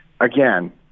Again